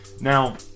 now